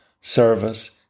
service